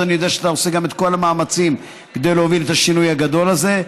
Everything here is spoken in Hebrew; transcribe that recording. אני גם יודע שאתה עושה את כל המאמצים כדי להוביל את השינוי הגדול הזה.